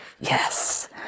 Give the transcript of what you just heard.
Yes